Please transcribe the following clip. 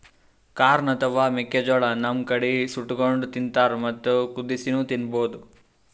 corn ಅಥವಾ ಮೆಕ್ಕಿಜೋಳಾ ನಮ್ ಕಡಿ ಸುಟ್ಟಕೊಂಡ್ ತಿಂತಾರ್ ಮತ್ತ್ ಕುದಸಿನೂ ತಿನ್ಬಹುದ್